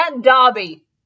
Dobby